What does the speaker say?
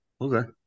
Okay